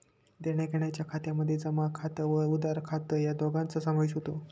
देण्याघेण्याच्या खात्यामध्ये जमा खात व उधार खात या दोघांचा समावेश होतो